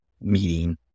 meeting